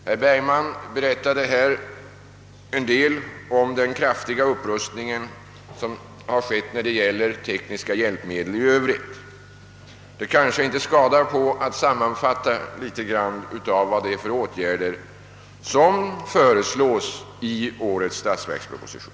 Herr Bergman har nyss berättat en del om den kraftiga upprustning som skett när den gäller tekniska hjälpmedel i övrigt. Det skadar kanske inte att jag sammanfattar de åtgärder som härvidlag föreslås i årets statsverskproposition.